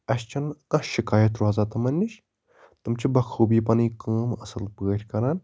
اسہِ چھنہٕ کانٛہہ شِکایَت روزان تِمَن نِش تِم چھِ بَخوٗبی پَنٕنۍ کٲم اصٕل پٲٹھۍ کران